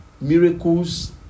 miracles